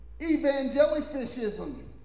evangelifishism